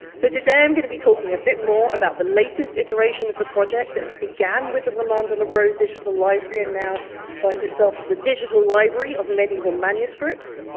so today i'm going to be talking a bit more about the latest iteration of the project that began with the roman de la rose digital library and now finds itself as a digital library of medieval manuscripts.